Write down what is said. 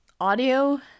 audio